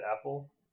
Apple